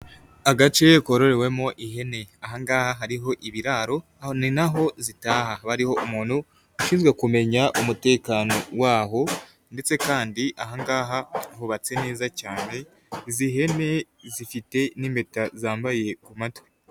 Agace kororewemo ihene, aha ngaha hariho ibiraro, aha ni naho zitaha. Hariho umuntu ushinzwe kumenya umutekano wazo ndetse kandi aha ngaha hubatse neza cyane. Izi hene zifite n'impeta zambaye ku matwi.